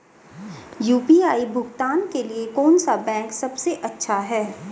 UPI भुगतान के लिए कौन सा बैंक सबसे अच्छा है?